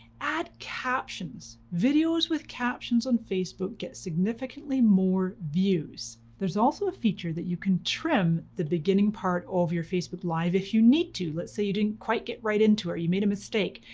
add captions, videos with captions on facebook get significantly more views. there's also a feature that you can trim the beginning part of your facebook live if you need to. let's say you didn't quite get right into it or you made a mistake.